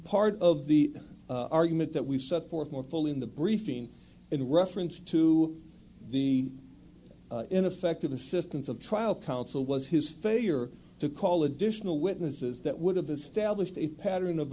part of the argument that we've set forth more fully in the briefing in reference to the ineffective assistance of trial counsel was his failure to call additional witnesses that would have established a pattern of